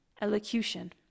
Elocution